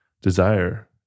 desire